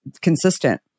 consistent